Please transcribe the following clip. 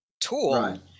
tool